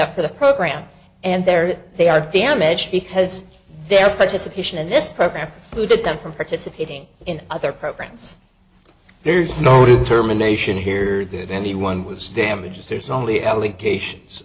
up for the program and there they are damaged because their participation in this program who took them from participating in other programs there's no determination here that anyone was damaged there's only allegation